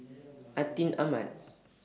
Atin Amat